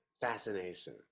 fascination